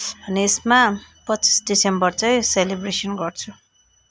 अनि यसमा पच्चिस डिसेम्बर चाहिँ सेलिर्बेसन गर्छ